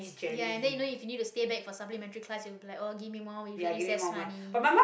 ya and then you know if you need to stay back for supplementary class you will be like oh give me more with recess money